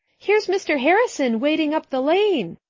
here's mr. harrison wading up the lane,